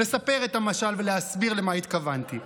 לספר את המשל ולהסביר למה התכוונתי.